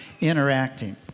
interacting